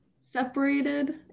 separated